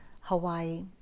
Hawaii